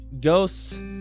ghosts